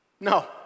No